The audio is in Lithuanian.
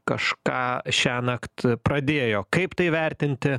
kažką šiąnakt pradėjo kaip tai vertinti